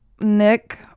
Nick